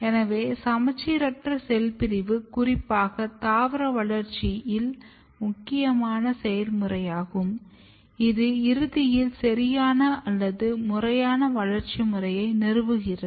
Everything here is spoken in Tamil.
எனவே சமச்சீரற்ற செல் பிரிவு குறிப்பாக தாவர வளர்ச்சியில் முக்கியமான செயல்முறையாகும் இது இறுதியில் சரியான அல்லது முறையான வளர்ச்சி முறையை நிறுவுகிறது